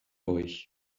euch